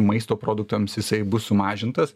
maisto produktams jisai bus sumažintas